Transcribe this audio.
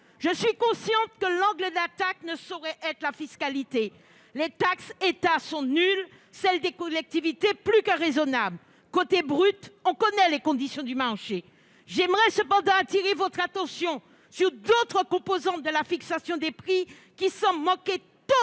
Je suis consciente que l'angle d'attaque ne saurait être la fiscalité. Les taxes État sont nulles, celles des collectivités plus que raisonnables. Côté brut, on connaît les conditions du marché. J'aimerais cependant attirer votre attention sur d'autres composantes de la fixation des prix, qui semblent manquer